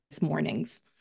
Mornings